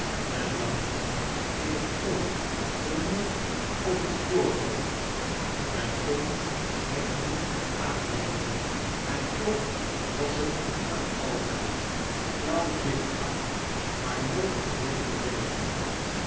het lag niet in het oog den mond of het voorhoofd men kon het niet aanwijzen en toch was het daar altijd flauw zichtbaar maar nooit geheel verdwenen